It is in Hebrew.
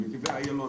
בנתיבי איילון